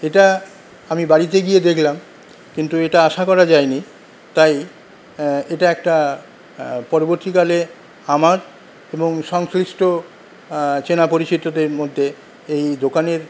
এটা আমি বাড়িতে গিয়ে দেখলাম কিন্তু এটা আশা করা যায়নি তাই এটা একটা পরবর্তীকালে আমার এবং সংশ্লিষ্ট চেনা পরিচিতদের মধ্যে এই দোকানের